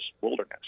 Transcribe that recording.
wilderness